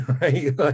right